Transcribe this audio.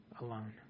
alone